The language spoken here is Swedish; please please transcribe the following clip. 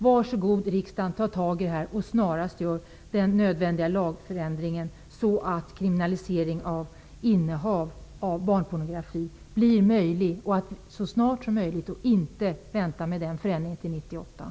Var så god, riksdagen, att ta tag i frågan och gör den nödvändiga lagförändringen så att kriminalisering av innehav av barnpornografi blir möjlig med det snaraste! Vänta inte med den förändringen till